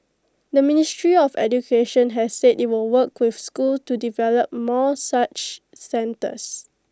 the ministry of education has said IT will work with schools to develop more such centres